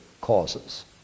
causes